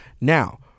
now